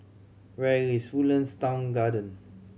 where is Woodlands Town Garden